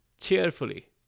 cheerfully